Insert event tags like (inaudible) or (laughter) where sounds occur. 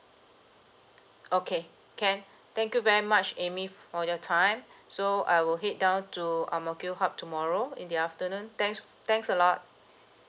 okay can thank you very much amy for your time (breath) so I will head down to ang mo kio hub tomorrow in the afternoon thanks thanks a lot